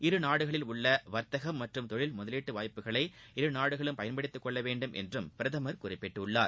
இருநாடுகளில் உள்ள வர்த்தகம் மற்றும் தொழில் வாய்ப்புகளை இருநாடுகளும் பயன்படுத்திக்கொள்ளவேண்டும் என்றும் பிரதமர் குறிப்பிட்டுள்ளார்